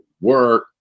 work